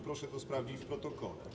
Proszę to sprawdzić w protokole.